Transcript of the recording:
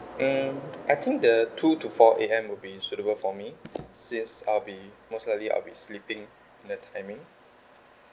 um I think the two to four A_M will be suitable for me since I'll be most likely I'll be sleeping in that timing